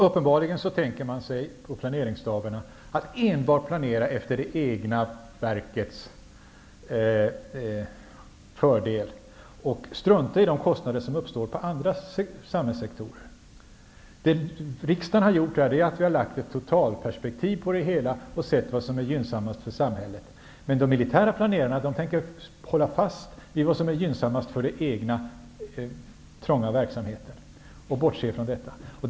Uppenbarligen tänker man på planeringsstaberna att planera enbart till det egna verkets fördel och strunta i de kostnader som uppstår i andra samhällssektorer. Riksdagen har lagt ett totalperspektiv på det hela och sett vad som är gynnsammast för samhället. Men de militära planerarna tänker hålla fast vid det som är gynnsammast för den egna trånga verksamheten och samtidigt bortse från ett större perspektiv.